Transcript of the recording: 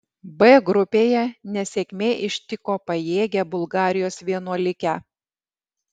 b grupėje nesėkmė ištiko pajėgią bulgarijos vienuolikę